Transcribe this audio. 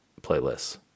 playlists